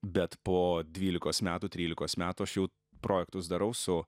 bet po dvylikos metų trylikos metų aš jau projektus darau su